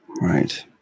Right